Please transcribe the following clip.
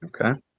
Okay